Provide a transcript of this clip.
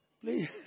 Please